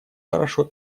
хорошо